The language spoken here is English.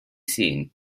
seen